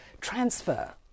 transfer